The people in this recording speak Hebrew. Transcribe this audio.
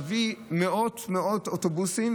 מביא מאות אוטובוסים,